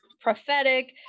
prophetic